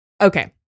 okay